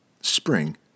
Spring